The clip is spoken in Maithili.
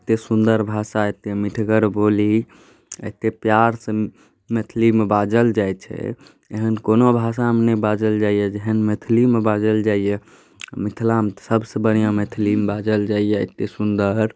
एतेक सुन्दर भाषा एतेक मिठगर बोली एतेक पिआरसँ मैथिलीमे बाजल जाइ छै एहन कोनो भाषामे नहि बाजल जाइए जेहन मैथिलीमे बाजल जाइए मिथिलामे तऽ सबसँ बढ़िआँ मैथिलीमे बाजल जाइए एतेक सुन्दर